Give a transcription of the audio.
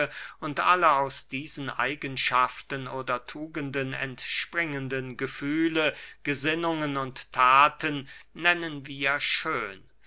und alle aus diesen eigenschaften oder tugenden entspringende gefühle gesinnungen und thaten nennen wir schön